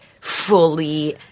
fully